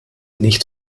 nicht